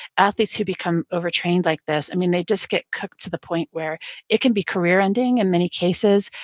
athletes who become overtrained like this, i mean, they just get cooked to the point where it can be career-ending in many cases.